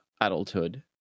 adulthood